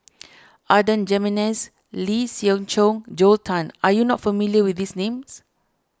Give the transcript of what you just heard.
Adan Jimenez Lee Siew Choh Joel Tan are you not familiar with these names